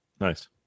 Nice